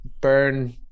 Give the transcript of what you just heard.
burn